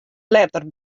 letter